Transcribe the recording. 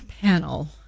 panel